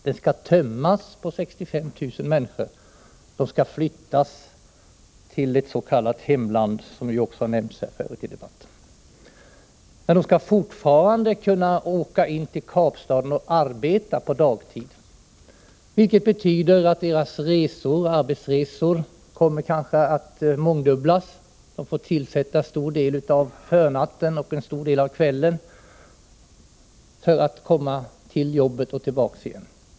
Den skall tömmas på 65 000 människor som skall flyttas till ett s.k. hemland, vilket har nämnts förut i debatten. De skall fortfarande kunna åka in till Kapstaden och arbeta på dagtid, vilket betyder att tiden för arbetsresorna kommer att mångdubblas. De får sätta till en stor del av förnatten och kvällen för att komma till jobbet och tillbaka igen.